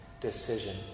decision